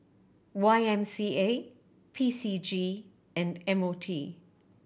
Y M C A P C G and M O T